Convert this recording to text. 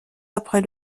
après